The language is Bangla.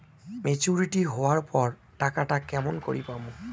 মেচুরিটি হবার পর টাকাটা কেমন করি পামু?